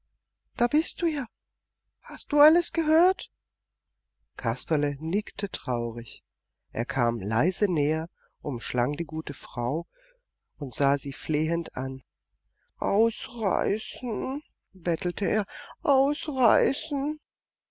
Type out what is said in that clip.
da bist du ja hast du alles gehört kasperle nickte traurig er kam leise näher umschlang die gute frau und sah sie flehend an ausreißen bettelte er ausreißen